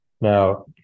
Now